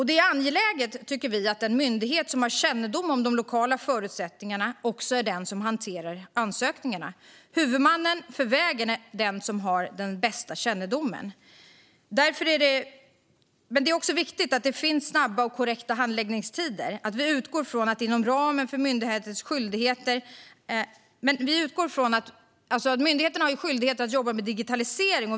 Det är angeläget att den myndighet som har kännedom om de lokala förutsättningarna också är den som hanterar ansökningarna. Huvudmannen för vägen är den som har den bästa kännedomen. Det är också viktigt med snabba handläggningstider och att hanteringen är korrekt. Myndigheterna har skyldighet att jobba med digitalisering.